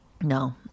No